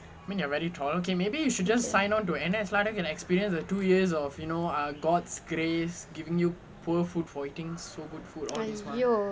!aiyo!